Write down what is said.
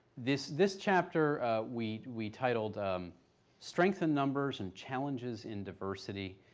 this this chapter we we titled strength in numbers and challenges in diversity,